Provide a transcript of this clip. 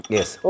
Yes